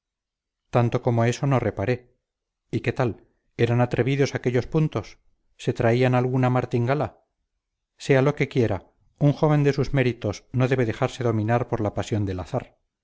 tanto como eso no reparé y qué tal eran atrevidos aquellos puntos se traían alguna martingala sea lo que quiera un joven de sus méritos no debe dejarse dominar por la pasión del azar